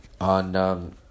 on